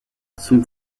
zum